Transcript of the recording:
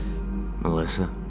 Melissa